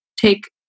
take